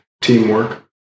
Teamwork